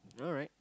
alright